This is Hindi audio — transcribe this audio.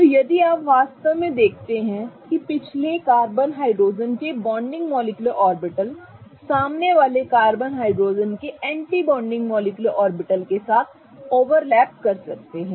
तो यदि आप वास्तव में देखते हैं कि पिछले कार्बन हाइड्रोजन के बॉन्डिंग मॉलिक्युलर ऑर्बिटल सामने वाले कार्बन हाइड्रोजन के एंटी बॉन्डिंग मॉलिक्युलर ऑर्बिटल के साथ ओवरलैप कर सकते हैं